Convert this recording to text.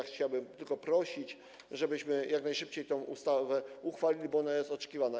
Chciałbym tylko prosić, żebyśmy jak najszybciej tę ustawę uchwalili, bo ona jest oczekiwana.